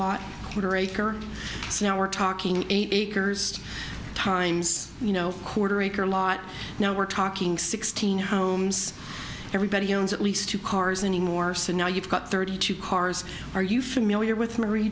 so now we're talking eight acres times you know quarter acre lot now we're talking sixteen homes everybody owns at least two cars anymore so now you've got thirty two cars are you familiar with marie